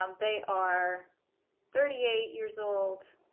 um they are thirty eight years old,